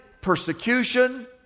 persecution